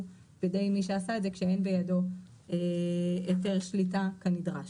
על ידי מי שעשה את זה כאין בידו היתר שליטה כנדרש.